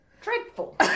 Dreadful